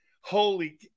Holy